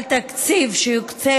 על תקציב שיוקצה